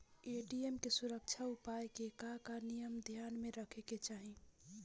ATM के सुरक्षा उपाय के का का नियम ध्यान में रखे के चाहीं?